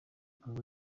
aba